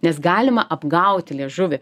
nes galima apgauti liežuvį